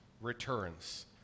returns